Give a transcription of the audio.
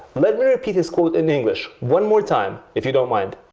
let me repeat his quote in english one more time if you don't mind.